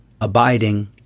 abiding